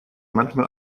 manchmal